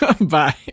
Bye